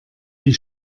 die